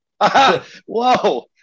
Whoa